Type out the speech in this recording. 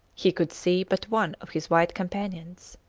he could see but one of his white companions.